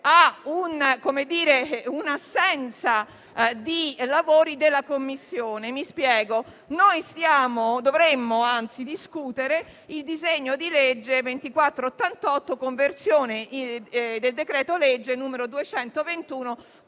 a un'assenza di lavori della Commissione. Mi spiego: dovremmo discutere il disegno di legge n. 2488 di conversione del decreto-legge n. 221